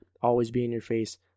always-be-in-your-face